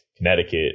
Connecticut